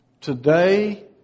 Today